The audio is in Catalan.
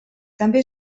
també